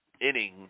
inning